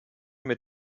mit